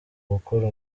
gukora